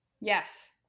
Yes